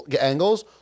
angles